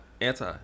Anti